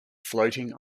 floating